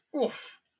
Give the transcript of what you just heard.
Oof